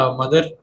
mother